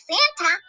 Santa